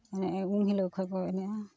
ᱚᱱᱟ ᱩᱢ ᱦᱤᱞᱳᱜ ᱠᱷᱚᱱ ᱠᱚ ᱮᱱᱮᱡᱼᱟ